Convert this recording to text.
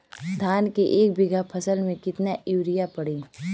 धान के एक बिघा फसल मे कितना यूरिया पड़ी?